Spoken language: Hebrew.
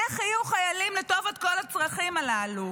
איך יהיו חיילים לטובת כל הצרכים הללו?